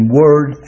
word